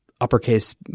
uppercase